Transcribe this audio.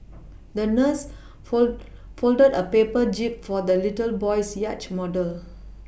the nurse fold folded a paper jib for the little boy's yacht model